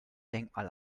denkmal